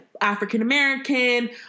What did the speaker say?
african-american